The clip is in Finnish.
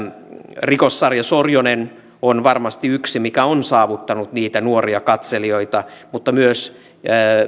rikossarja sorjonen on varmasti yksi mikä on saavuttanut niitä nuoria katselijoita mutta myös